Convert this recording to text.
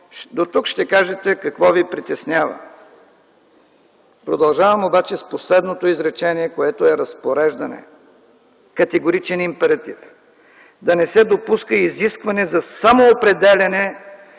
дотук ще кажете: „Какво ви притеснява?!”. Продължавам обаче с последното изречение, което е разпореждане, категоричен императив: „Да не се допуска изискване за самоопределяне